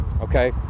okay